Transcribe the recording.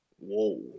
whoa